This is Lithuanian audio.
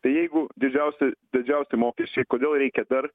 tai jeigu didžiausi didžiausi mokesčiai kodėl reikia dar